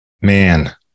man